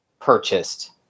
purchased